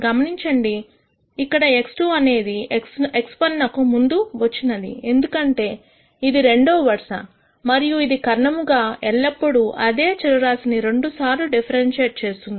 గమనించండి ఇక్కడ x2 అనేది x1 నకు ముందు వచ్చినది ఎందుకంటే ఇది రెండో వరుస మరియు ఇదికర్ణము గా ఎల్లప్పుడూ అదే చర రాశిని రెండుసార్లు డిఫరెన్షియేట్ చేస్తుంది